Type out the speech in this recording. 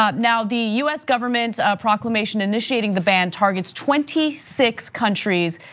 um now the us government proclamation initiating the ban targets twenty six countries.